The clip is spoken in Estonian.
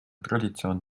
traditsioon